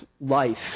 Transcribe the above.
life